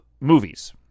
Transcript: movies